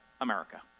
America